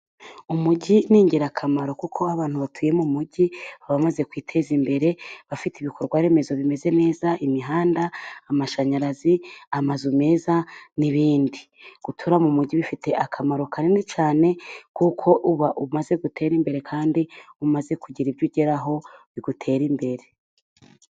Umugi ni ingirakamaro，kuko abantu batuye mu mugi，bamaze kwiteza imbere，bafite ibikorwa remezo bimeze neza， imihanda， amashanyarazi，amazu meza n'ibindi. Gutura mu mugi bifite akamaro kanini cyane， kuko uba umaze gutera imbere，kandi umaze kugira ibyo ugeraho biguterera imbere.